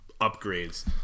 upgrades